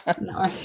No